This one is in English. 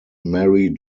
marie